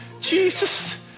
Jesus